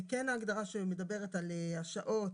זה כן ההגדרה שמדברת על השעות,